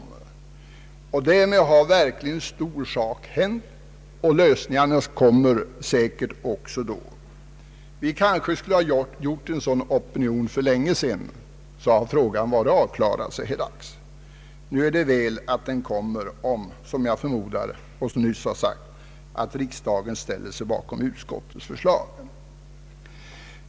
Därmed har verkligen en stor sak hänt, och lösningarna kommer då också alldeles säkert. Vi borde kanske för länge sedan ha väckt en sådan opinion, ty då hade frågan varit avklarad så här dags. Nu är det väl att problemet kommer att lösas, om riksdagen — som jag förmodar — ställer sig bakom utskottets förslag.